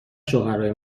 شوهرای